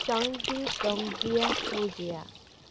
شانگزی تانگزیہ فوجیہ